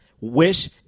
wish